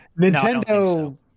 Nintendo